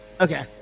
Okay